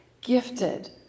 gifted